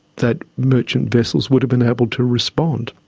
that merchant vessels would have been able to respond.